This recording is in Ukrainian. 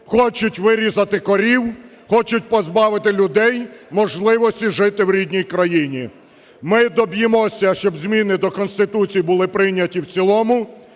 хочуть вирізати корів, хочуть позбавити людей можливості жити в рідній країні. Ми доб'ємося, щоб зміни до Конституції були прийняті в цілому,